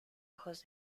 ojos